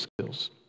skills